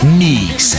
mix